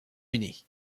unis